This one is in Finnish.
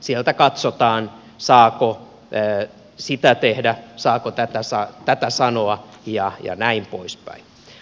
sieltä katsotaan saako sitä tehdä saako tätä sanoa ja näin poispäin